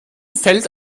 fällt